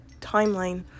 timeline